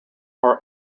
are